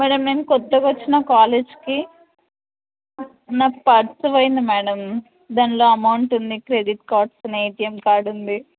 madam నేను కొత్తగా వచ్చిన కాలేజ్కి నాది పర్స్ పోయింది మ్యాడమ్ దానిలో అమౌంట్ ఉంది క్రెడిట్ కార్డ్స్ ఉన్నాయి ఏటీఎం కార్డ్ ఉంది